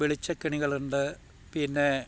വെളിച്ചക്കെണികളുണ്ട് പിന്നെ